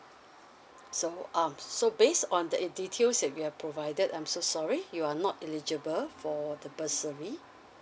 so um so based on the details that you have provided I'm so sorry you're not eligible for the bursary